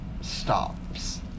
stops